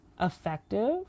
effective